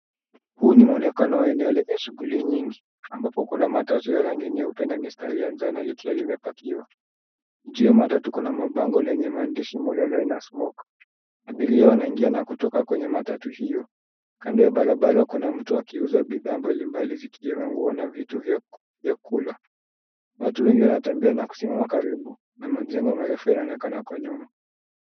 Huu ni mwonekano wa eneo lenye shuguli nyingi ambapo kuna matatu ya rangi nyeupe na mistari ya njano likiwa limepakiwa. Juu ya matatu kuna mabango lenye maandishi Mololine na smoke . Abiria wanaingia na kutoka kwenye matatu hiyo. Kando ya barabara kuna mtu akiuza bidhaa mbalimbali zikiwemo nguo na vitu vya kula. Watu wengi wanatembea na kusimama karibu na majengo marefu yanaonekana kwa nyuma.